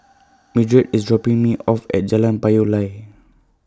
Mildred IS dropping Me off At Jalan Payoh Lai